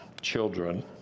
children